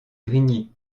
grigny